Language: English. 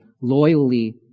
loyally